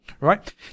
Right